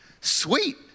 Sweet